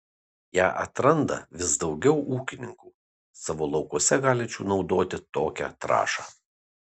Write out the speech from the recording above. ją atranda vis daugiau ūkininkų savo laukuose galinčių naudoti tokią trąšą